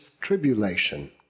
tribulation